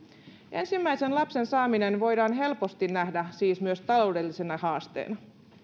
ensimmäisen lapsen saaminen voidaan helposti nähdä siis myös taloudellisena haasteena